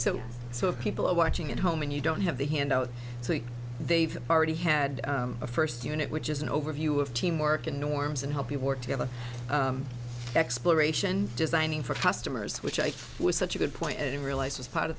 so so if people are watching at home and you don't have the handout they've already had a first unit which is an overview of teamwork and norms and how people work together exploration designing for customers which i was such a good point and then realized was part of